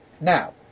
Now